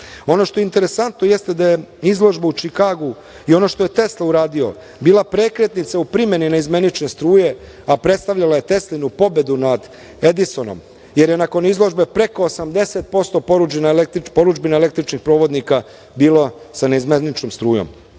što je interesantno jeste da je izložbu u Čikagu i ono što je Tesla uradio bila prekretnica u primeni naizmenične struje i predstavljala je Teslinu pobedu nad Edisonom, jer je nakon izložbe preko 80% porudžbina električnih provodnika bilo sa naizmeničnom strujom